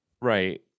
Right